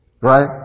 Right